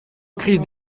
crise